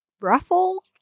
ruffle